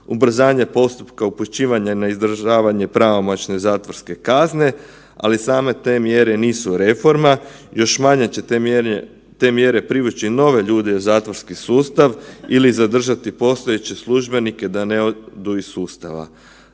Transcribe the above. ubrzanje postupka upućivanja na izdržavanja pravomoćne zatvorske kazne, ali same te mjere nisu reforma. Još manje će te mjere privući nove ljude u zatvorski sustav ili zadržati postojeće službenike da ne odu iz sustava.